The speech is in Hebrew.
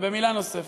ובמילה נוספת: